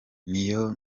niyo